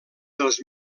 dels